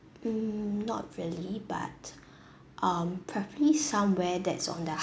mm not really but um probably somewhere that's on the